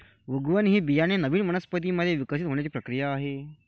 उगवण ही बियाणे नवीन वनस्पतीं मध्ये विकसित होण्याची प्रक्रिया आहे